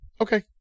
okay